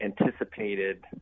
anticipated